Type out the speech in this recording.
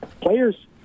players